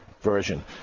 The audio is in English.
version